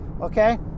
okay